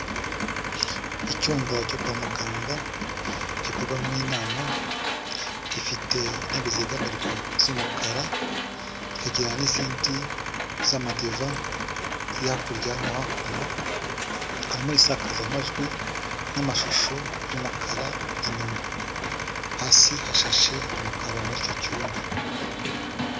Icyumba cyo kwa muganga, gikorwa mo inama, gifite intebe zegamirwa z'umukara, kikagira n'izindi z'amadiva ziri hakurya no hakuno, harimo isakaza majwi, n'amashusho y'umukara inyuma, hasi hashashe amakaro muri icyo cyumba.